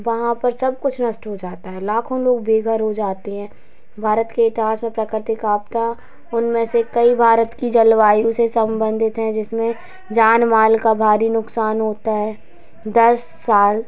वहाँ पर सब कुछ नष्ट हो जाता है लाखों लोग बेघर हो जाते हैं भारत के इतिहास में प्राकृतिक आपदा उनमें से कई भारत की जलवायु से संबंधित हैं जिसमें जान माल का भारी नुकसान होता है दस साल